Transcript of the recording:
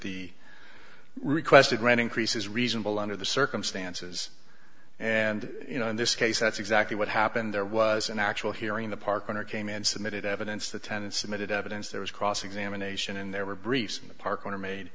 the requested rain increase is reasonable under the circumstances and you know in this case that's exactly what happened there was an actual hearing the park owner came and submitted evidence the ten submitted evidence there was cross examination and there were briefs in the park owner ma